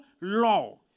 law